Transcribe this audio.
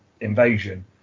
Invasion